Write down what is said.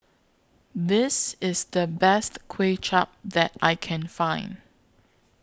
This IS The Best Kuay Chap that I Can Find